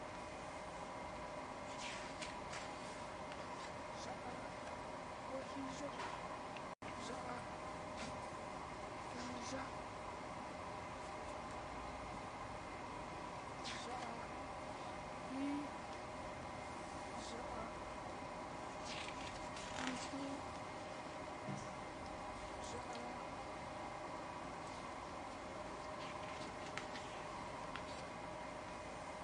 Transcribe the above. Ya'á huajillo, ya'á pulla, ya'á kuii, ya'á tinduu, ya'á.